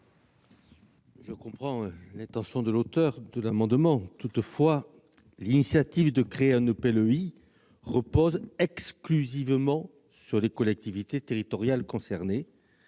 Je comprends les intentions des auteurs de l'amendement. Toutefois, l'initiative de créer un EPLEI repose exclusivement sur les collectivités territoriales concernées.